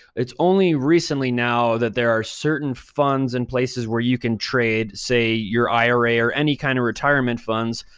it's only recently now that there are certain funds in places where you can trade, say, your ira or any kind of retirement funds,